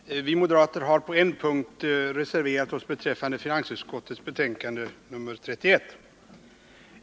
Herr talman! Vi moderater har på en punkt reserverat oss beträffande finansutskottets betänkande nr 31.